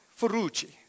Ferrucci